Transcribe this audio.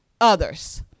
others